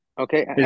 Okay